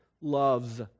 loves